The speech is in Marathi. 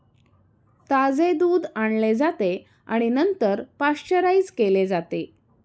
ताजे दूध आणले जाते आणि नंतर पाश्चराइज केले जाते